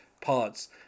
parts